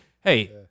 hey